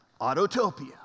Autotopia